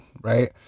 right